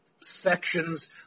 sections